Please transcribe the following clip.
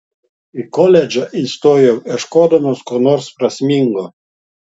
į koledžą įstojau ieškodamas ko nors prasmingo